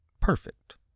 perfect